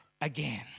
again